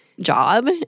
job